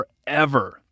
forever